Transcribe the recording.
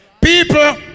People